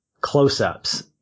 close-ups